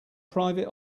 private